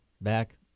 back